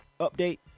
update